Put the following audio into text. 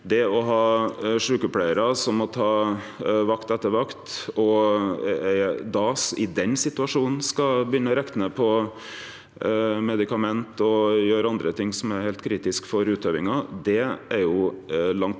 Det å ha sjukepleiarar som må ta vakt etter vakt og i den situasjonen skal begynne å rekne på medikament og gjere andre ting som er heilt kritiske for utøvinga, er langt